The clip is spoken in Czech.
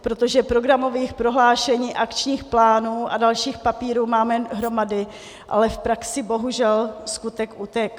Protože programových prohlášení, akčních plánů a dalších papírů máme hromady, ale v praxi bohužel skutek utek'.